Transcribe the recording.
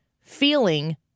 feeling